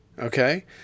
Okay